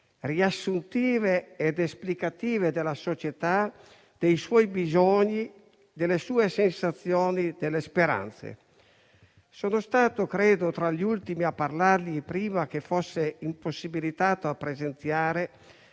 riassuntive ed esplicative della società, dei suoi bisogni, delle sue sensazioni e delle speranze. Sono stato - credo - tra gli ultimi a parlargli prima che fosse impossibilitato a presenziare